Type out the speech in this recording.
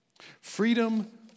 Freedom